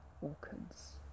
orchids